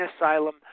asylum